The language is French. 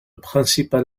principal